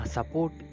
Support